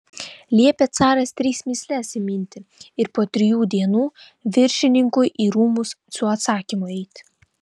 liepė caras tris mįsles įminti ir po trijų dienų viršininkui į rūmus su atsakymu eiti